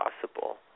possible